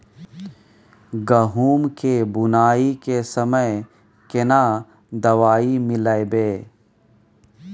गहूम के बुनाई के समय केना दवाई मिलैबे?